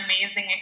amazing